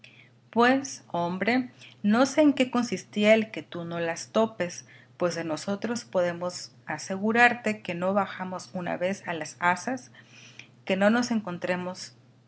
pues hombre no sé en qué consistía el que tú no las topes pues de nosotros podemos asegurarte que no bajamos una vez a las hazas que no nos encontremos